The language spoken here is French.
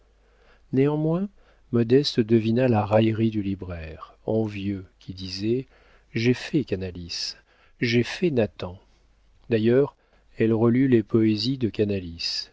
néanmoins modeste devina la raillerie du libraire envieux qui disait j'ai fait canalis j'ai fait nathan d'ailleurs elle relut les poésies de canalis